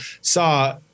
saw